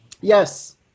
Yes